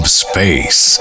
space